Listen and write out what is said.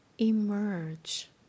emerge